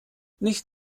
nicht